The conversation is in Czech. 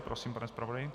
Prosím, pane zpravodaji.